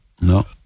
no